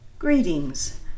Greetings